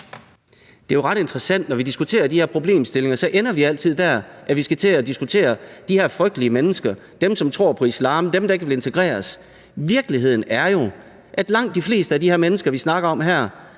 Det er jo ret interessant; når vi diskuterer de her problemstillinger, ender vi altid der, hvor vi skal til at diskutere de her frygtelige mennesker; dem, som tror på islam, dem, der ikke vil integreres. Virkeligheden er jo, at langt de fleste af de mennesker, vi snakker om her,